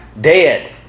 dead